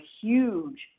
huge